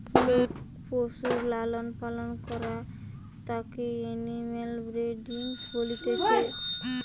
লোক পশুর লালন পালন করাঢু তাকে এনিম্যাল ব্রিডিং বলতিছে